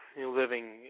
living